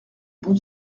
bon